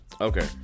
Okay